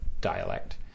dialect